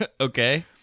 Okay